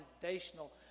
foundational